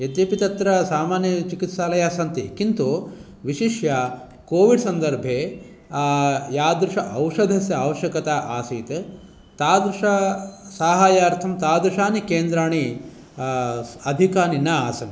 यद्यपि तत्र सामन्य चिकित्सालयाः सन्ति किन्तु विशिष्य कोविङ् सन्दर्भे यादृश औषधसस्य आवश्यकता आसीत् तादृश साहाय्यार्थं तादृशानि केन्द्राणि अधिकानि न आसन्